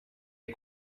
des